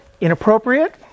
inappropriate